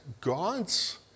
God's